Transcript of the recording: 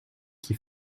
qui